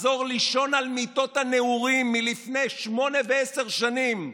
לחזור לישון על מיטות הנעורים מלפני שמונה ועשר שנים,